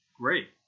Great